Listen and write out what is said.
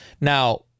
Now